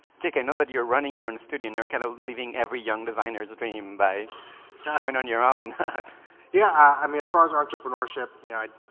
jake i know that you're running your own studio and you're kind of leaving every young designers dream by going on your own yeah i mean as far as entrepreneurship you know